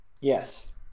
Yes